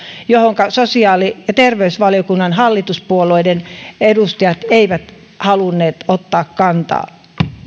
johonka sosiaali ja terveysvaliokunnan hallituspuolueiden edustajat eivät halunneet ottaa kantaa